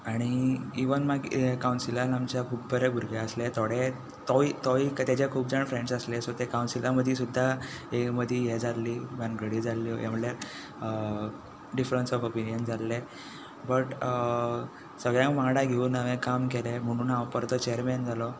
आनी इवन काउन्सिलांत आमच्या बरे भुरगे आसले थोडे तोवूय तोवूय ताजे खूब जाण फ्रेंड्स आसले सो ते काउन्सिला मदी सुद्दां एक मदी हें जाल्ली भानगडी जाल्यो म्हणल्यार डिफरन्स ऑफ ओपिनीयन जाल्ले बट सगळ्यांक वांगडा घेवन हांवें काम म्हणून हांव परतो चॅरमेन जालो